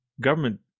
government